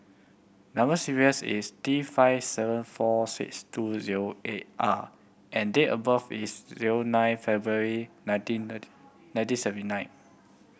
number sequence is T five seven four six two zero eight R and date of birth is zero nine February nineteen nineteen seventy nine